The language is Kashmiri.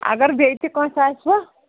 اگر بیٚیہِ تہِ کٲنٛسہِ آسِوٕ